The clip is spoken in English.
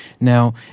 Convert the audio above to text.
Now